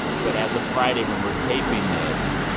but as of friday, when we're taping this,